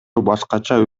башкача